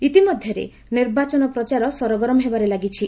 ଇତିମଧ୍ୟରେ ନିର୍ବାଚନ ପ୍ରଚାର ସରଗରମ ହେବାରେ ଲାଗିଛି